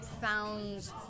found